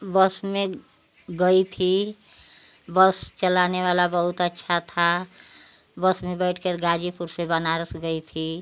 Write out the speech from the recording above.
बस में गई थी बस चलाने वाला बहुत अच्छा था बस में बैठ कर गाजीपुर से बनारस गई थी